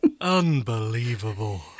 Unbelievable